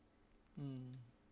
mm